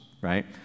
right